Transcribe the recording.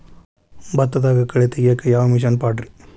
ಭತ್ತದಾಗ ಕಳೆ ತೆಗಿಯಾಕ ಯಾವ ಮಿಷನ್ ಪಾಡ್ರೇ?